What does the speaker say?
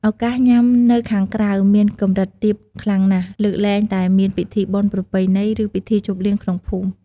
ឱកាសញ៉ាំនៅខាងក្រៅមានកម្រិតទាបខ្លាំងណាស់ លើកលែងតែមានពិធីបុណ្យប្រពៃណី ឬពិធីជប់លៀងក្នុងភូមិ។